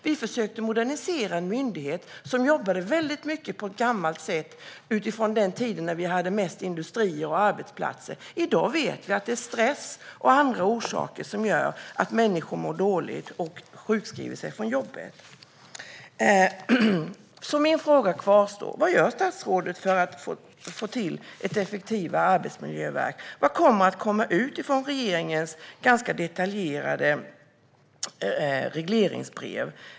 Vi försökte modernisera en myndighet som jobbade på ett gammalt sätt med utgångspunkt i den tiden när vi mest hade industrier och liknande arbetsplatser. I dag vet vi att det är stress och andra orsaker som gör att människor mår dåligt och sjukskriver sig från jobbet. Min fråga kvarstår. Vad gör statsrådet för att få till ett effektivare arbetsmiljöverk? Vad kommer att komma ut av regeringens ganska detaljerade regleringsbrev?